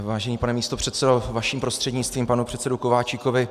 Vážený pane místopředsedo, vaším prostřednictvím panu předsedovi Kováčikovi.